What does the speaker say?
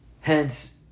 Hence